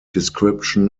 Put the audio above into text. description